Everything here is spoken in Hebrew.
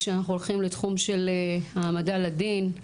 כשאנחנו הולכים לתחום של העמדה לדין,